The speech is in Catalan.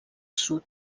sud